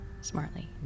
Smartly